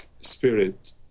spirit